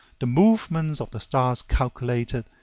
the movements of the stars calculated,